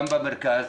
גם במרכז,